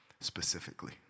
specifically